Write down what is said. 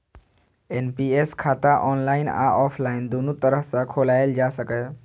NPS खाता online आ offline, दुनू तरह सं खोलाएल जा सकैए